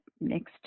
next